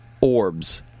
Orbs